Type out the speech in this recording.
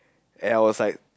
and I was like